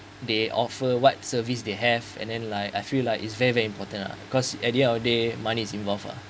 they offer what service they have and then like I feel like it's very very important lah cause at the end of the day money is involved uh